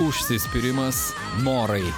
užsispyrimas norai